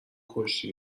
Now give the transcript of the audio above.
کشتی